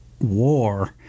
War